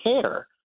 care